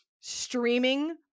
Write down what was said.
streaming